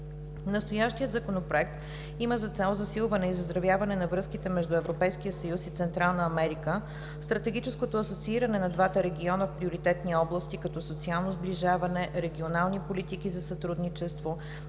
Настоящият Законопроект има за цел засилване и заздравяване на връзките между Европейския съюз и Централна Америка, стратегическото асоцииране на двата региона в приоритетни области, като социално сближаване, регионални политики за сътрудничество,